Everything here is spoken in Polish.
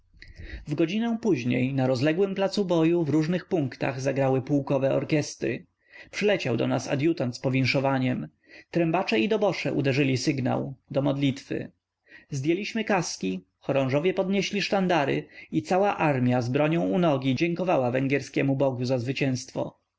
w godzinę później na rozległym placu boju w różnych punktach zagrały pułkowe orkiestry przyleciał do nas adjutant z powinszowaniem trębacze i dobosze uderzyli sygnał do modlitwy zdjęliśmy kaski chorążowie podnieśli sztandary i cała armia z bronią do nogi dziękowała węgierskiemu bogu za zwycięstwo